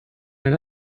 ein